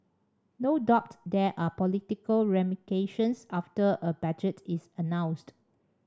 no doubt there are political ramifications after a budget is announced